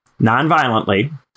nonviolently